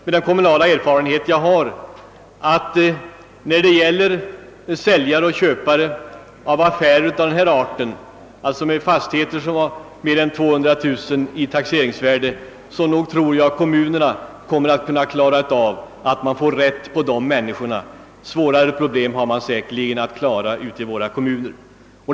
Med den kommunala erfarenhet jag har tror jag man kan säga, att när det gäller säljare och köpare vid affärer av denna art — alltså beträffande fastigheter med över 200 000 kronor i taxeringsvärde — kommer kommunerna säkert att hitta de aktuella personerna. Svårare problem kan man säkert klara av ute i våra kommuner.